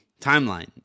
timeline